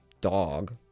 dog